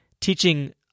teaching